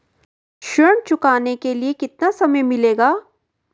ऋण चुकाने के लिए कितना समय मिलेगा?